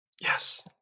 Yes